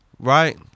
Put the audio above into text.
right